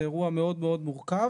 זה אירוע מאוד מורכב.